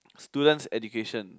students education